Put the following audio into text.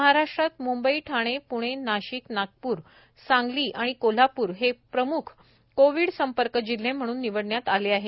महाराष्ट्रात मुंबई ठाणे पुणे नाशिक नागपूर सांगली आणि कोल्हापूर हे प्रमुख कोविड संपर्क जिल्हे म्हणून निवडण्यात आले आहेत